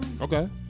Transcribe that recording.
Okay